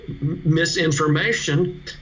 Misinformation